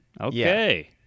Okay